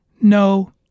No